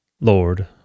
Lord